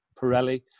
Pirelli